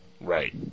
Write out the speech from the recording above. Right